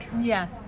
Yes